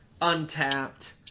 untapped